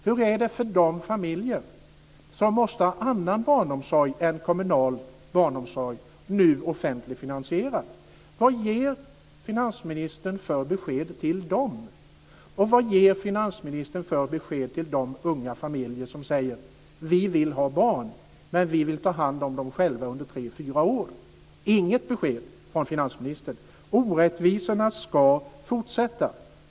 Hur är det för de familjer som måste ha annan barnomsorg än kommunal barnomsorg och som nu är offentligt finansierad? Vad ger finansministern för besked till dem? Och vad ger finansministern för besked till de unga familjer som säger: Vi vill ha barn, men vi vill ta hand om dem själva under tre fyra år. Finansministern lämnar inget besked. Orättvisorna ska fortsätta.